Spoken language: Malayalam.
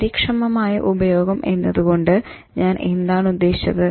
കാര്യക്ഷമമായ ഉപയോഗം എന്നത് കൊണ്ട് ഞാൻ എന്താണ് ഉദ്ദേശിച്ചത്